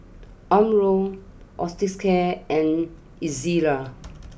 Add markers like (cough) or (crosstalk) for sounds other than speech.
Omron (unintelligible) and Ezerra